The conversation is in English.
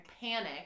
panic